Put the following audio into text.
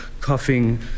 coughing